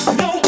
no